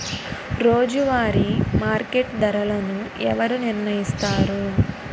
రోజువారి మార్కెట్ ధరలను ఎవరు నిర్ణయిస్తారు?